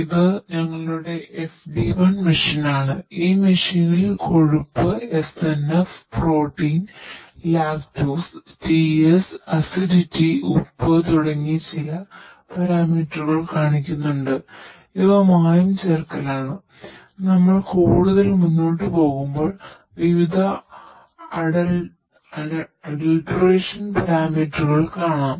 ഇത് ഞങ്ങളുടെ FD 1 machine ആണ് ഈ മെഷീൻ കൊഴുപ്പ് SNF പ്രോട്ടീൻ കാണാം